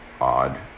odd